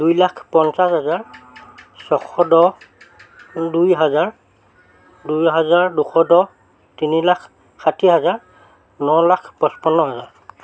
দুই লাখ পঞ্চাছ হাজাৰ ছশ দহ দুই হাজাৰ দুহেজাৰ দুশ দহ তিনি লাখ ষাঠি হাজাৰ ন লাখ পঁচপন্ন হাজাৰ